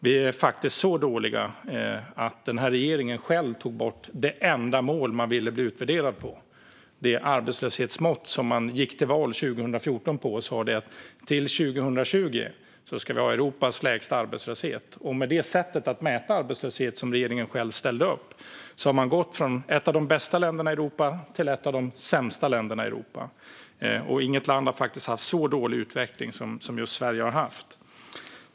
Vi är faktiskt så dåliga att den här regeringen själv tog bort det enda mål man ville bli utvärderad på, nämligen det arbetslöshetsmått som man gick till val på 2014. Då sa man att Sverige skulle ha Europas lägsta arbetslöshet år 2020. Enligt det sätt att mäta arbetslöshet som regeringen själv ställde upp har Sverige gått från att vara ett av de bästa länderna i Europa till att vara ett av de sämsta länderna i Europa. Inget land har faktiskt haft en så dålig utveckling som just Sverige har haft.